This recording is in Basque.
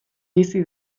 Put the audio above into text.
bizi